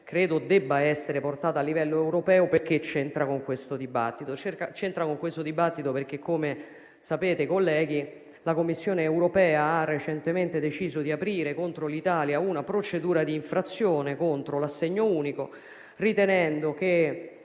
credo debba essere portata a livello europeo perché c'entra con questo dibattito. Come sapete, colleghi, la Commissione europea ha recentemente deciso di aprire contro l'Italia una procedura d'infrazione contro l'assegno unico, ritenendo che,